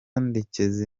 ndekezi